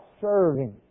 serving